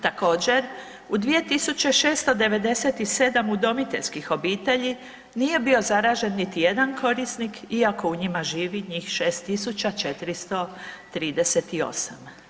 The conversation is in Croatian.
Također u 2.697 udomiteljskih obitelji nije bio zaražen niti jedan korisnik iako u njima živi njih 6.438.